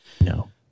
No